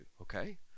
okay